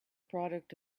product